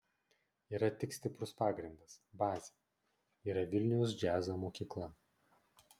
yra tik stiprus pagrindas bazė yra vilniaus džiazo mokykla